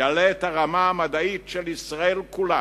יעלה את הרמה המדעית של ישראל כולה.